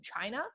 China